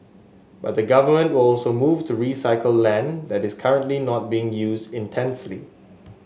but the government will also move to recycle land that is currently not being used intensely